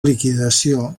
liquidació